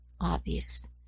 obvious